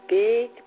big